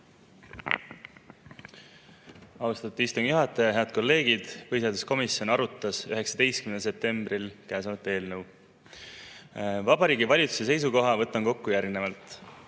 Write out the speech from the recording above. Austatud istungi juhataja! Head kolleegid! Põhiseaduskomisjon arutas 19. septembril käesolevat eelnõu. Vabariigi Valitsuse seisukoha võtan kokku järgnevalt.